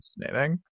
fascinating